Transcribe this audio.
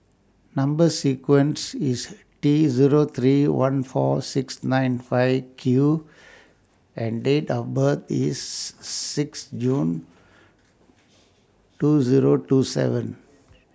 Number sequence IS T Zero three one four six nine five Q and Date of birth IS six June two Zero two seven